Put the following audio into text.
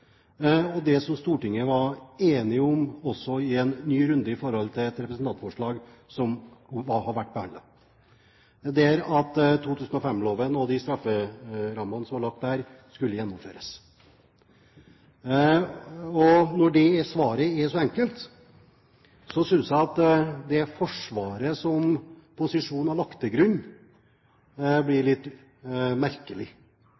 det som også Stortinget var enig om i en ny runde i forbindelse med et representantforslag som har vært behandlet. Det går ut på at 2005-loven og de strafferammene som ble lagt der, skulle gjennomføres. Når det svaret er så enkelt, synes jeg at det forsvaret som posisjonen har lagt til grunn,